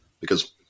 because-